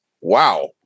Wow